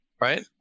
Right